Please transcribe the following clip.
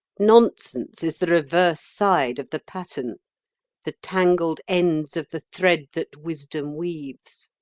nonsense is the reverse side of the pattern the tangled ends of the thread that wisdom weaves.